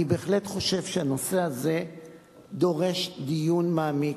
אני בהחלט חושב שהנושא הזה דורש דיון מעמיק,